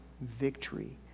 victory